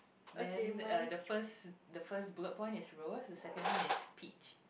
then uh the first the first bullet point is rose the second one is peach